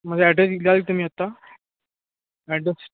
माझा ॲड्रेस एक द्याल तुम्ही आत्ता ॲड्रेस